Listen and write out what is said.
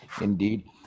indeed